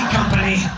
Company